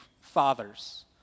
fathers